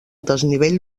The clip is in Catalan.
desnivell